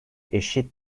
eşit